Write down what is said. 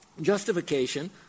justification